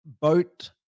boat